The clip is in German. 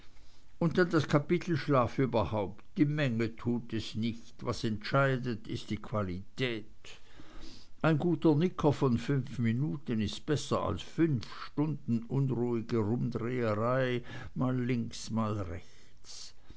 und dann das kapitel schlaf überhaupt die menge tut es nicht was entscheidet ist die qualität ein guter nicker von fünf minuten ist besser als fünf stunden unruhige rumdreherei mal links mal rechts